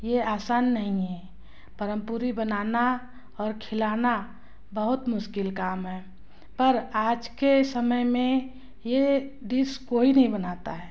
यह आसान नहीं है परम पूरी बनाना और खिलाना बहुत मुश्किल काम है पर आज के समय में यह डिस कोई नहीं बनाता है